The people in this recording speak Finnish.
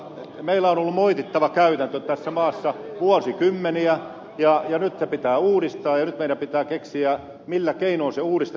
meillä on ollut moitittava käytäntö tässä maassa vuosikymmeniä ja nyt se pitää uudistaa ja nyt meidän pitää keksiä millä keinoin se uudistetaan